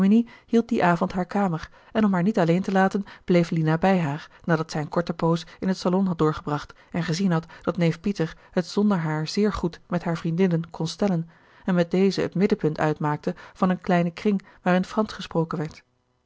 dien avond hare kamer en om haar niet alleen te laten bleef lina bij haar nadat zij een korte poos in het salon had doorgebracht en gezien had dat neef pieter het zonder haar zeer goed met hare vriendinnen kon stellen en met deze het middenpunt uitmaakte van een kleinen kring waarin fransch gesproken werd